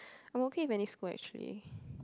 I'm okay with any school actually